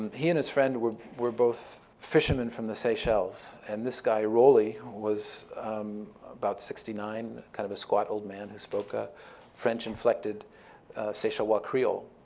he and his friend were were both fishermen from the seychelles. and this guy, rolly, was about sixty nine, kind of a squat old man who spoke a french-inflected seychellois creole.